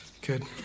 Good